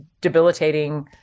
debilitating